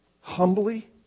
humbly